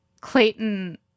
Clayton